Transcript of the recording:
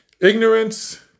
ignorance